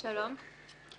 שלום.